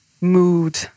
Mood